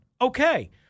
Okay